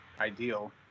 ideal